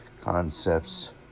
concepts